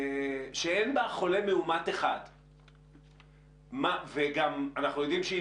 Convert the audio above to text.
שאין בה חולה מאומת אחד וגם אנחנו יודעים שהיא